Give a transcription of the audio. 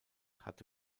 hat